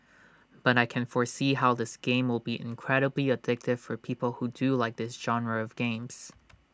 but I can foresee how this game will be incredibly addictive for people who do like this genre of games